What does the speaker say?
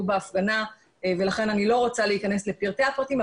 בהפגנה ולכן אני לא רוצה להיכנס לפרטי הפרטים,